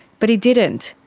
but he didn't,